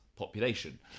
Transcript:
population